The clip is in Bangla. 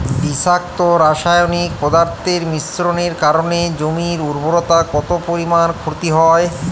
বিষাক্ত রাসায়নিক পদার্থের মিশ্রণের কারণে জমির উর্বরতা কত পরিমাণ ক্ষতি হয়?